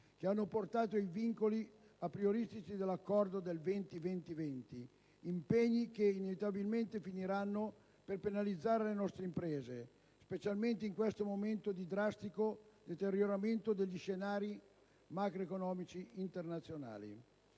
che hanno portato ai vincoli aprioristici dell'Accordo del 20-20-20, impegni che inevitabilmente finiranno per penalizzare le nostre imprese, specialmente in questo momento di drastico deterioramento degli scenari macroeconomici internazionali.